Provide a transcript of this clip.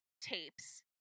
tapes